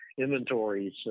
inventories